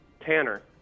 Tanner